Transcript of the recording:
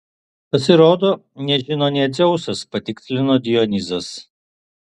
pasirodo nežino nė dzeusas patikslino dionizas